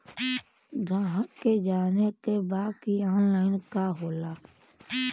ग्राहक के जाने के बा की ऑनलाइन का होला?